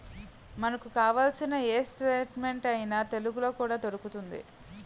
మనకు కావాల్సిన ఏ స్టేట్మెంట్ అయినా తెలుగులో కూడా దొరుకుతోంది